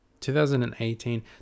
2018